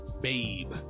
Babe